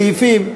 לסעיפים: